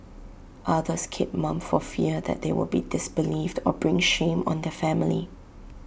others keep mum for fear that they would be disbelieved or bring shame on their family